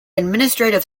administrative